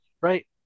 right